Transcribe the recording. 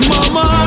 Mama